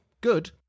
good